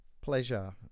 Pleasure